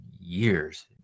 years